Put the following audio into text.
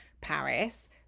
Paris